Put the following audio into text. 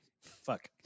Fuck